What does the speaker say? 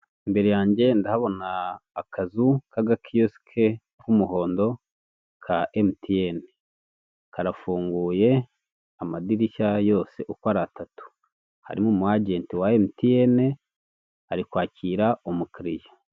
Imbere yanjye ndahabona akazu k'agakiyosike k'umuhondo ka Emutiyeni, karafunguye amadirishya yose uko ari atatu harimo umuajrnti wa Emutiyeni ari kwakira umukiririya.